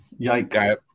Yikes